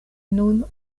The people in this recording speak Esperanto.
nun